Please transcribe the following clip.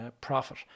profit